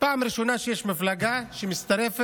פעם ראשונה שיש מפלגה שמצטרפת